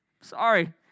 sorry